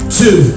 two